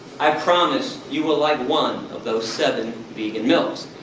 i promise you'll like one of those seven vegan milks.